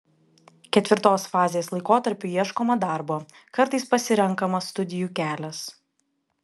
ketvirtos fazės laikotarpiu ieškoma darbo kartais pasirenkama studijų kelias